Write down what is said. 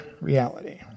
reality